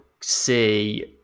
see